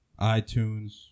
iTunes